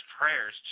prayers